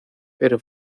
pero